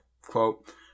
Quote